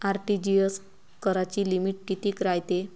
RTGS कराची limit कितीक रायते?